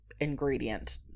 ingredient